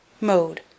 Mode